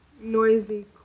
noisy